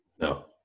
no